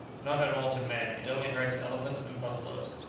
not at all to men it only hurts elephants and buffaloes.